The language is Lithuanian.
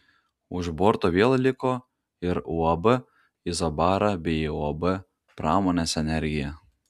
už borto vėl liko ir uab izobara bei uab pramonės energija